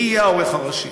מי יהיה העורך הראשי?